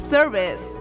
Service